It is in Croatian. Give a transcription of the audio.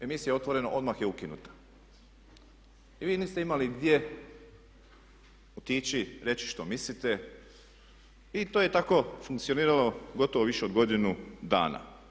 Emisija Otvoreno odmah je ukinuta i vi niste imali gdje otići, reći što mislite i to je tako funkcioniralo gotovo više od godinu dana.